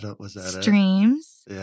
streams